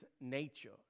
nature